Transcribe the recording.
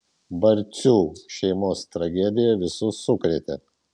barcių šeimos tragedija visus sukrėtė